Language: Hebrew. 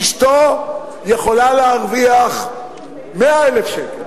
אשתו יכולה להרוויח 100,000 שקל,